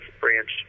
branch